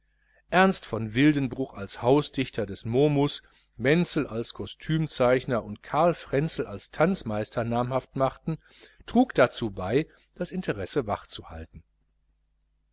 ernst von wildenbruch als hausdichter des momus menzel als kostümzeichner und karl frenzel als tanzmeister namhaft machten trug dazu bei das interesse wachzuhalten